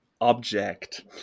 object